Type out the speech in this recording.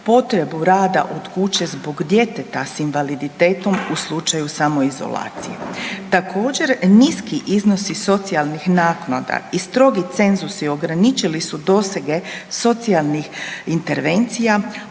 potrebu rada od kuće zbog djeteta s invaliditetom u slučaju samoizolacije. Također niski iznosi socijalnih naknada i strogi cenzusi ograničili su dosege socijalnih intervencija,